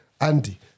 Andy